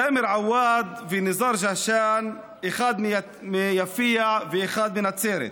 סאמר עווד וניזאר ג'השאן, אחד מיפיע ואחד מנצרת,